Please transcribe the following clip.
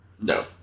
No